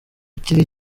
akiri